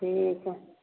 ठीक हइ